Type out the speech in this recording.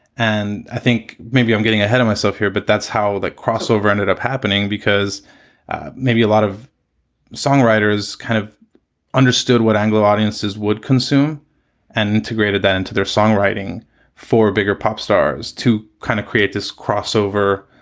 and i think maybe i'm getting ahead of myself here, but that's how that crossover ended up happening, because maybe a lot of songwriters kind of understood what anglo audiences would consume and integrated that into their songwriting for a bigger pop stars to kind of create this crossover